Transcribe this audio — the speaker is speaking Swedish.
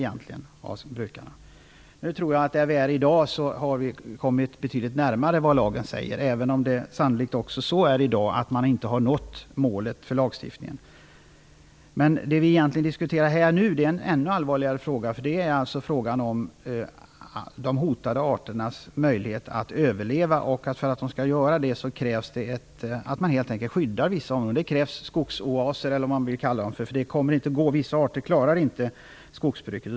Jag tror att vi i dag har kommit betydligt längre, även om man sannolikt inte nått målet. Vad vi diskuterar i dag är en ännu allvarligare fråga. Det är alltså fråga om de hotade arternas möjlighet att överleva. För att de skall kunna överleva krävs att man helt enkelt skyddar vissa områden. Det behövs skogsoaser. Vissa arter kommer inte att klara skogsbruket.